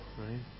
right